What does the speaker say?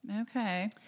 Okay